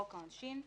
לחוק העונשין,